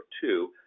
two